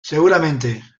seguramente